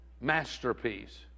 masterpiece